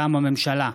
מטעם הממשלה: